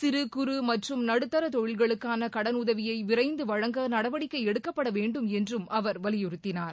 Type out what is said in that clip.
சிறு குறு மற்றும் நடுத்தர தொழில்களுக்கான கடனுதவியை விரைந்து வழங்க நடவடிக்கை எடுக்கப்பட வேண்டும் என்று அவர் வலியுறுத்தினார்